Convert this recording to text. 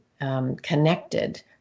connected